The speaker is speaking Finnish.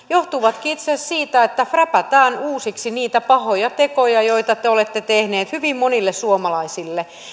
johtuvatkin itse asiassa siitä että wrapataan uusiksi niitä pahoja tekoja joita te te olette tehneet hyvin monille suomalaisille